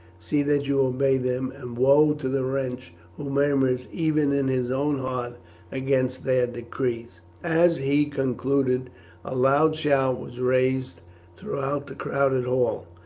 see that you obey them, and woe to the wretch who murmurs even in his own heart against their decrees! as he concluded a loud shout was raised throughout the crowded hall,